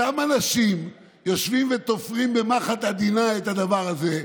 אותם אנשים יושבים ותופרים במחט עדינה את הדבר הזה.